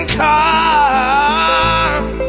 come